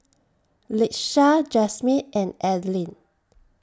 Latesha Jasmyn and Adline